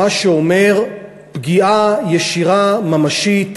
מה שאומר פגיעה ישירה, ממשית,